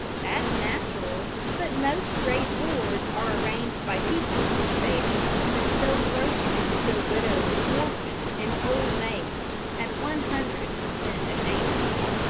that's natural but most great wars are arranged by people who stay at home and sell groceries to the widow and orphan and old maids at one hundred per cent. advance.